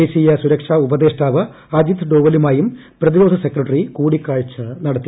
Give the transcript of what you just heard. ദേശീയ സുരക്ഷാ ഉപദേഷ്ടാവ് അജിത് ഡോവലുമായും പ്രതിരോധ സെക്രട്ടറി കൂടിക്കാഴ്ച നടത്തി